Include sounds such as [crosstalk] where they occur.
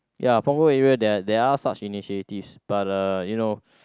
ya Punggol area there there are such initiatives but uh you know [noise]